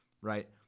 right